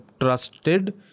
trusted